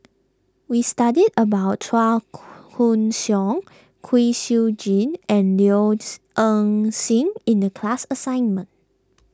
we studied about Chua Koon Siong Kwek Siew Jin and Low's Ing Sing in the class assignment